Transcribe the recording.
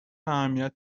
اهمیت